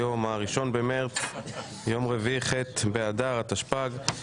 היום ה-1 במרס 2023, יום רביעי, ח' באדר התשפ"ג.